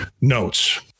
notes